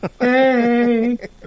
hey